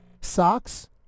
Socks